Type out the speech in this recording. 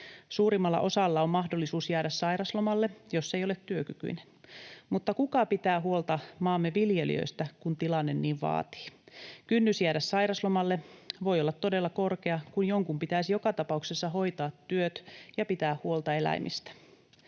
Suurimmalla osalla on mahdollisuus jäädä sairauslomalle, jos ei ole työkykyinen. Mutta kuka pitää huolta maamme viljelijöistä, kun tilanne niin vaatii? Kynnys jäädä sairauslomalle voi olla todella korkea, kun jonkun pitäisi joka tapauksessa hoitaa työt ja pitää huolta eläimistä.